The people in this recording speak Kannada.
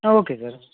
ಹಾಂ ಓಕೆ ಸರ್